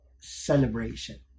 celebration